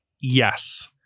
yes